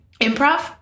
improv